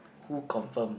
who confirm